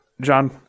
john